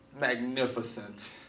magnificent